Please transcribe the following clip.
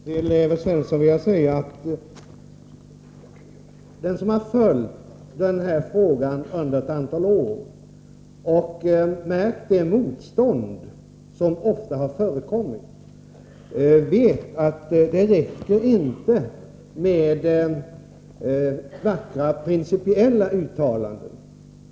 Herr talman! Till Evert Svensson vill jag säga att den som har följt frågan om icke-konventionella behandlingsmetoder under ett antal år och märkt det motstånd som ofta har förekommit vet att det inte räcker med vackra principiella uttalanden.